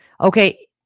Okay